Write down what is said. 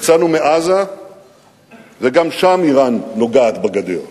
יצאנו מעזה וגם שם אירן נוגעת בגדר.